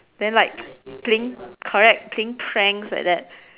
then like playing correct playing pranks like that